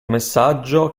messaggio